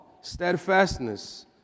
steadfastness